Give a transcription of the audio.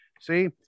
See